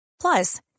plus